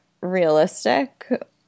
realistic